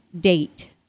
date